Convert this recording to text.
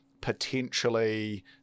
potentially